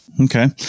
Okay